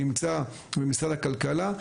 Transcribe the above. נמצא במשרד הכלכלה,